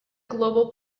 global